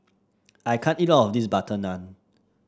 I can't eat all of this butter naan